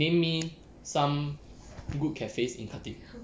name me some good cafes in khatib